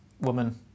woman